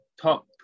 top –